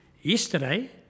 Yesterday